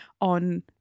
on